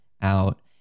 out